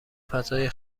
فضای